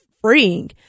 freeing